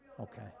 Okay